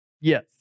Yes